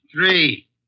Three